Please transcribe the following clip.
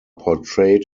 portrayed